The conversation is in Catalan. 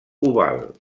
oval